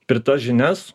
ir tas žinias